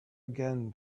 again